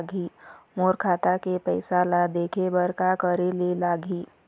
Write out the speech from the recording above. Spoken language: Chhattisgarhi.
मोर खाता के पैसा ला देखे बर का करे ले लागही?